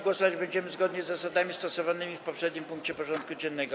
Głosować będziemy zgodnie z zasadami stosowanymi w poprzednim punkcie porządku dziennego.